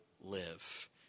live